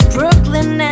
Brooklyn